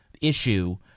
issue